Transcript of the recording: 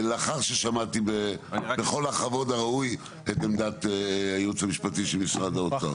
לאחר ששמעתי בכל הכבוד הראוי את עמדת הייעוץ המשפטי של משרד האוצר.